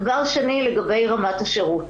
דבר שני, לגבי רמת השירות